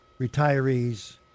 retirees